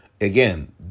Again